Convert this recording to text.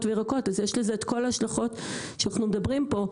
וירקות אז יש לזה את כל ההשלכות שאנחנו מדברים פה,